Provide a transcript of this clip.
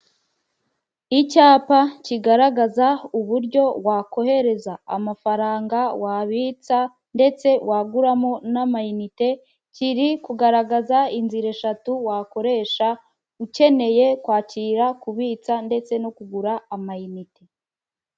Icyapa kigaragaza uburyo wakohereza amafaranga, wabitsa ndetse waguramo n'amayinite kiri kugaragaza inzira eshatu wakoresha ukeneye kwakira kubitsa ndetse no kugura amayinite.